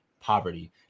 poverty